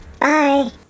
Bye